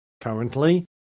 currently